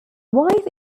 wife